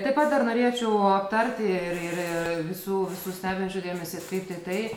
taip pat dar norėčiau aptarti ir ir visų visų stebinčių dėmesį atkreipt į tai